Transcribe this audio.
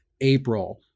April